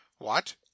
What